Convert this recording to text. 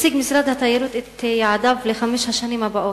הציג משרד התיירות את יעדיו לחמש השנים הבאות,